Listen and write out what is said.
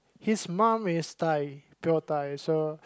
his mum is Thai pure Thai so